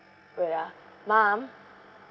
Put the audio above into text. wait ah mom